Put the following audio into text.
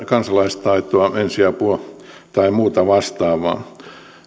kansalaistaitoa ensiaputaitoa tai muuta vastaavaa